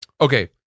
okay